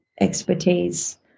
expertise